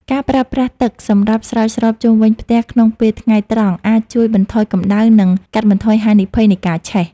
ការប្រើប្រាស់ទឹកសម្រាប់ស្រោចស្រពជុំវិញផ្ទះក្នុងពេលថ្ងៃត្រង់អាចជួយបន្ថយកម្តៅ និងកាត់បន្ថយហានិភ័យនៃការឆេះ។